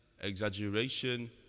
exaggeration